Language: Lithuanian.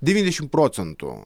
devyniasdešimt procentų